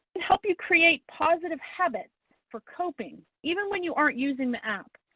they help you create positive habits for coping even when you aren't using the app.